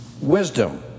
wisdom